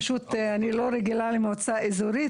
אני פשוט לא רגילה למועצה אזורית,